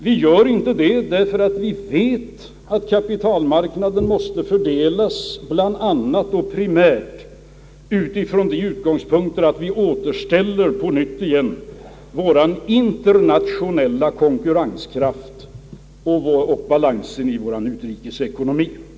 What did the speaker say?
Vi vet nämligen att kapitalmarknaden måste fungera så, att vår internationella konkurrenskraft och balansen i vår utrikesekonomi återställs.